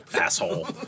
Asshole